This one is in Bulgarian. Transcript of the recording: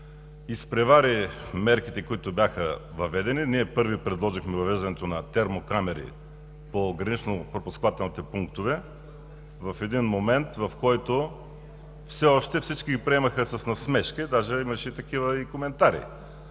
изпревари мерките, които бяха въведени – първи предложихме въвеждането на термокамери по гранично-пропускателните пунктове в момент, в който все още всички приемаха с насмешка, дори имаше и такива коментари.